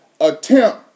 attempt